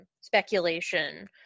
speculation